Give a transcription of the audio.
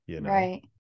Right